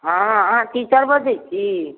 हँ अहाँ टीचर बजै छी